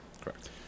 Correct